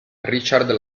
richard